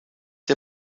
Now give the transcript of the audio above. der